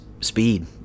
speed